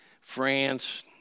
France